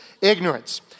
ignorance